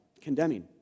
condemning